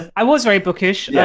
and i was very bookish. yeah